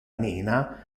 nina